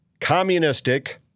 communistic